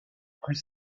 plus